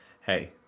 Hey